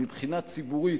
מבחינה ציבורית,